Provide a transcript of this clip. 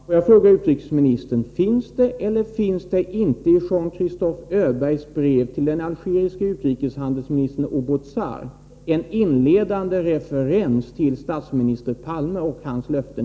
Fru talman! Jag vill fråga utrikesministern: Finns det eller finns det inte i Jean-Christophe Öbergs brev till den algeriske utrikeshandelsministern Oubouzar en inledande referens till statsminister Palme och hans löften?